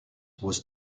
was